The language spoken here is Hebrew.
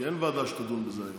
כי אין ועדה שתדון בזה היום.